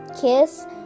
kiss